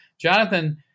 Jonathan